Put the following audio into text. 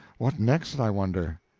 what next, i wonder?